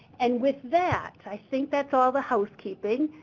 and with that, i think that's all the housekeeping.